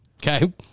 Okay